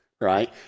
right